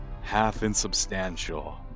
half-insubstantial